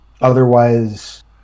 otherwise